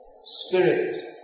Spirit